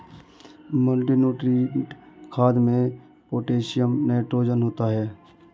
multinutrient खाद में potassium nitrogen होता है